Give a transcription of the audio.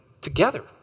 together